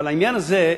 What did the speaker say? אבל העניין הזה,